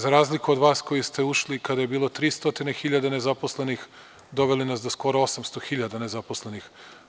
Za razliku od vas koji ste ušli, kada je bilo 300.000 nezaposlenih, i doveli nas do skoro 800.000 nezaposlenih.